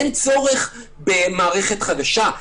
אין צורך במערכת חדשה,